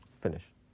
Finish